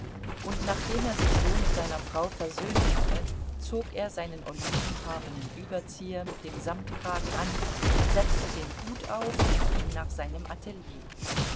und nachdem er sich so mit seiner frau versöhnt hatte zog er seinen olivenfarbenen überzieher mit dem samtkragen an setzte den hut auf und ging nach seinem atelier